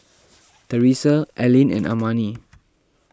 therese Allyn and Amani